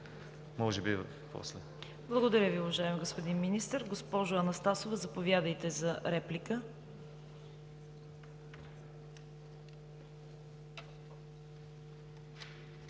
КАРАЯНЧЕВА: Благодаря Ви, уважаеми господин Министър. Госпожо Анастасова, заповядайте за реплика.